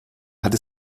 hatte